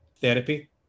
therapy